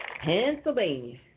Pennsylvania